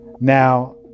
Now